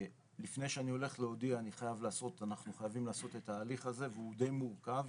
שלפני שאני הולך להודיע אנחנו חייבים לעשות את ההליך הזה והוא די מורכב,